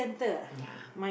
ya